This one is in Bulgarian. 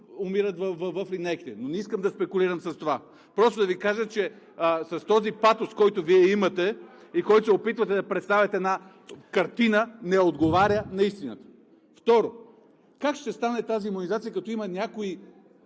умират в линейките. Не искам да спекулирам с това, а просто да Ви кажа, че този патос, който Вие имате и с който се опитвате да представяте една картина, не отговаря на истината. Второ, как ще стане тази имунизация, като има някои